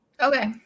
Okay